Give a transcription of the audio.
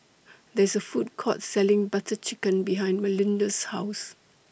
There IS A Food Court Selling Butter Chicken behind Melinda's House